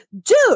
dude